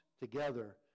together